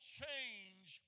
change